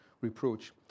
reproach